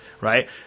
right